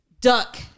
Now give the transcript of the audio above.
duck